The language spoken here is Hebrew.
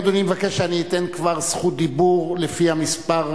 האם אדוני מבקש שאתן כבר זכות דיבור לפי מספר